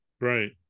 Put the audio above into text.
Right